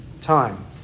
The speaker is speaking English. time